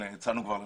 יצאנו כבר במכרזים.